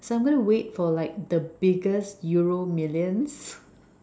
so I'm going to wait for like the biggest euro millions